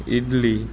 idli